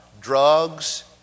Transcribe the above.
drugs